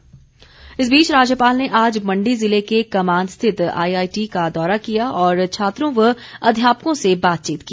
दौरा राज्यपाल इस बीच राज्यपाल ने आज मण्डी ज़िले के कमांद स्थित आईआईटी का दौरा किया और छात्रों व अध्यापकों से बातचीत की